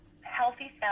healthy